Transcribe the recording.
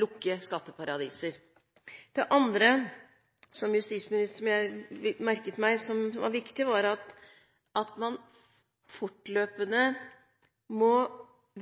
lukke skatteparadiser. Det andre som jeg merket meg som var viktig, var at man fortløpende må